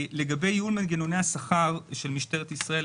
לגבי עיגון מנגנוני השכר של משטרת ישראל,